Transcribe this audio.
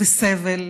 והסבל של